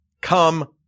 Come